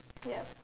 yup